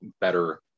better